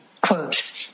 quote